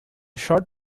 short